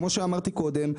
כמו שאמרתי קודם,